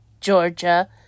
Georgia